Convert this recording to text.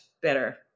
better